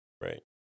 Right